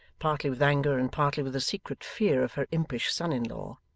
partly with anger and partly with a secret fear of her impish son-in-law.